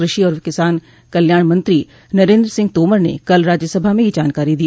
कृषि और किसान कल्याण मंत्री नरेन्द्र सिंह तोमर ने कल राज्यसभा में ये जानकारी दी